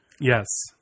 Yes